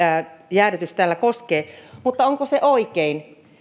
jäädytys täällä koskee mutta onko se oikein